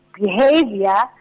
behavior